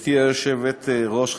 גברתי היושבת-ראש,